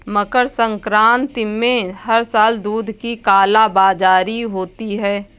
मकर संक्रांति में हर साल दूध की कालाबाजारी होती है